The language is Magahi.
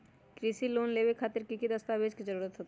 कृषि लोन लेबे खातिर की की दस्तावेज के जरूरत होतई?